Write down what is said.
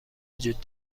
وجود